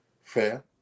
fair